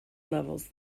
levels